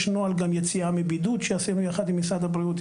יש נוהל גם יציאה מבידוד שעשינו יחד עם משרד הבריאות,